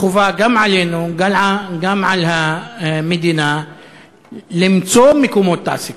חובה גם עלינו וגם על המדינה למצוא מקומות תעסוקה.